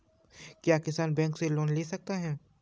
क्या किसान बैंक से लोन ले सकते हैं?